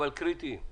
אבל לקריטיים?